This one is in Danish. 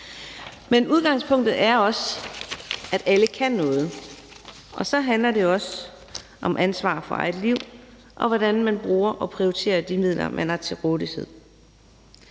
Men udgangspunktet er også, at alle kan noget. Og så handler det også om ansvar for eget liv, og hvordan man bruger og prioriterer de midler, man har til rådighed.